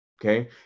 okay